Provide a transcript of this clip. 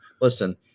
Listen